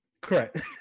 Correct